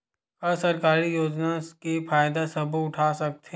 का सरकारी योजना के फ़ायदा सबो उठा सकथे?